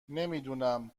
نمیدونم